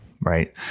right